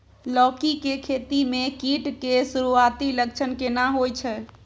लौकी के खेती मे कीट के सुरूआती लक्षण केना होय छै?